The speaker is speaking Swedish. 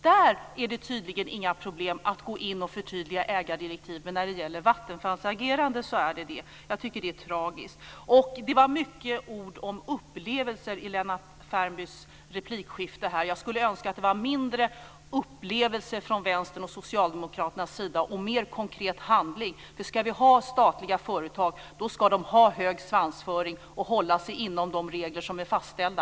Där är det tydligen inga problem att gå in och förtydliga ägardirektiven, men när det gäller Vattenfalls agerande är det problem. Jag tycker att det är tragiskt. Det var många ord om upplevelser i Lennart Värmbys repliker. Jag skulle önska att det var mindre upplevelser från Vänsterns och Socialdemokraternas sida och mer konkret handling. Om vi ska ha statliga företag ska de bannemej ha hög svansföring och hålla sig till de regler som är fastställda.